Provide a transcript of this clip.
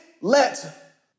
let